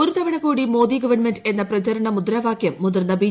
ഒരുതവണ കൂടി മോദി ഗവൺമെന്റ് എന്ന പ്രചരണ മുദ്രാവാകൃം മുതിർന്ന ബി